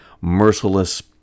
merciless